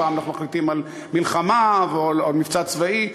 פעם מחליטים על מלחמה או על מבצע צבאי,